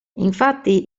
infatti